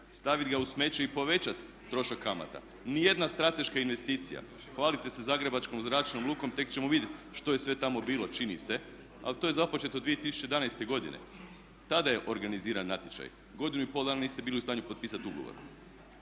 stavit ga u smeće i povećati trošak kamata. Nijedna strateška investicija, hvalite se Zagrebačkom zračnom lukom tek ćemo vidjeti što je sve tamo bilo čini se, ali to je započeto 2011. godine. Tada je organiziran natječaj, godinu i pol dana niste bili u stanju potpisati ugovor.